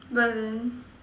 but then